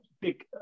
big